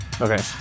Okay